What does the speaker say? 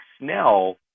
Snell